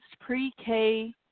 pre-K